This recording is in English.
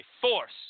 force